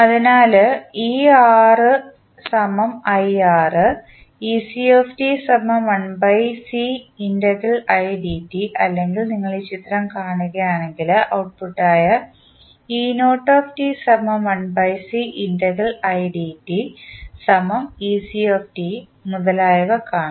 അതിനാൽ അല്ലെങ്കിൽ നിങ്ങൾ ഈ ചിത്രം കാണുകയാണെങ്കിൽ ഔട്പുട്ടായ മുതലായവ കാണാം